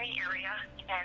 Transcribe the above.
area